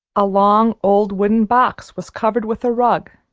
a long, old wooden box was covered with a rug,